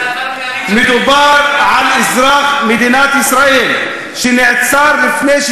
לטובת אזרח מדינת ישראל שנעצר לפני תשעה חודשים.